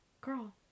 girl